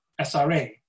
SRA